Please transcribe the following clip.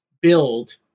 build